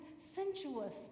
sensuous